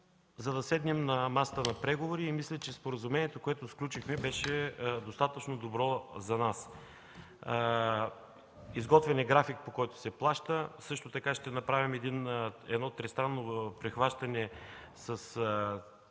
за да седнем на масата на преговори и мисля, че споразумението, което сключихме, беше достатъчно добро за нас. Изготвен е график, по който се плаща. Също така ще направим едно тристранно прихващане със